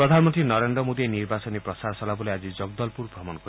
প্ৰধানমন্ত্ৰী নৰেন্দ্ৰ মোডীয়ে নিৰ্বাচনী প্ৰচাৰ অভিযান চলাবলৈ আজি জগদলপূৰ ভ্ৰমণ কৰিব